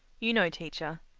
you know, teacher.